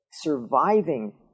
surviving